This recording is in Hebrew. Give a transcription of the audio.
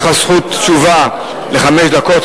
יש לך זכות תשובה חמש דקות,